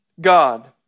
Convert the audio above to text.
God